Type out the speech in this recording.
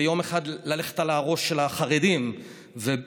ויום אחד ללכת על הראש של החרדים ובצורה